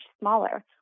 smaller